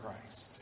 Christ